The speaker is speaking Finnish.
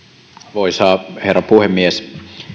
arvoisa herra puhemies